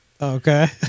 okay